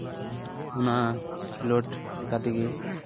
ᱚᱱᱟ ᱠᱷᱮᱞᱳᱰ ᱞᱮᱠᱟ ᱛᱮᱜᱮ